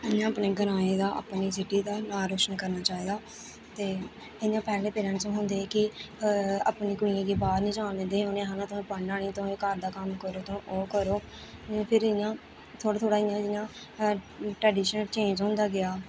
इ'यां अपने ग्राएं दा अपनी सिटी दा नांऽ रोशन करना चाहिदा ते इ'यां पैह्ले पेरैंटस होंदे कि अपनी कुड़ियें गी बाह्र निं जान दिंदे हे उ'नेंगी आखना तुसें पढ़ना निं तुसें घर दा कम्म करो तुस ओह् करो फिर इ'यां थोह्ड़ा थोह्ड़ा इ'यां जियां ट्रडिशनल चेंज होंदा गेआ